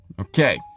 okay